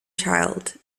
child